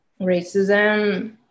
racism